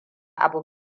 abu